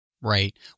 Right